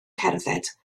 cerdded